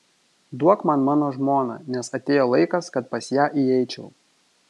duok man mano žmoną nes atėjo laikas kad pas ją įeičiau